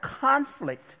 conflict